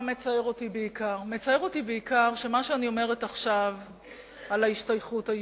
אותי בעיקר שמה שאני אומרת על ההשתייכות היהודית,